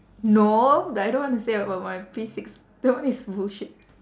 no I don't want to say about my P six that one is bullshit